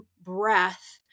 breath